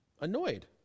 annoyed